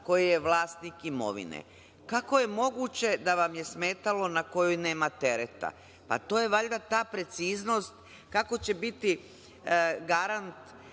koje je vlasnik imovine. Kako je moguće da vam je smetalo - na kojoj nema tereta? Pa to je valjda ta preciznost kako će biti garant